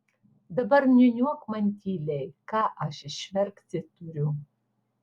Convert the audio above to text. dabar niūniuok man tyliai ką aš išverkti turiu